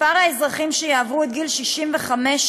מספר האזרחים שיעברו את גיל 65,